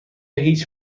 هیچ